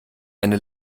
eine